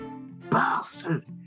bastard